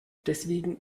deswegen